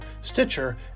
Stitcher